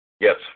Yes